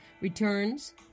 returns